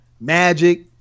Magic